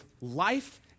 life